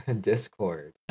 discord